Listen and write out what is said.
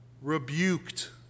rebuked